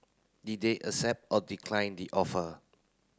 did they accept or decline the offer